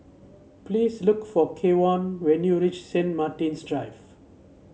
please look for Kevon when you reach Saint Martin's Drive